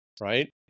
right